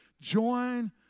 Join